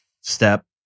Step